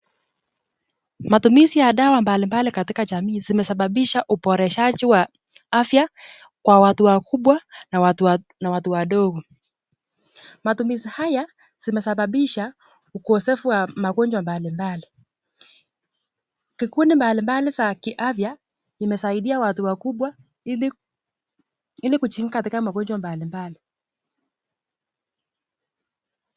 Matumizi ya dawa mbali mbali katika jamii, zimesababisha uboreshaji wa afya kwa watu wakubwa na watu wadogo. Matumizi haya zimesababisha ukosefu wa magonjwa mbali mbali. Kikundi mbali mbali za kiafya zimesaidia watu wakubwa ili kujikinga katika magonjwa mbali mbali.